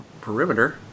perimeter